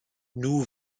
nhw